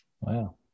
Wow